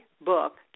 book